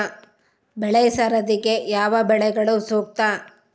ಬೆಳೆ ಸರದಿಗೆ ಯಾವ ಬೆಳೆಗಳು ಸೂಕ್ತ?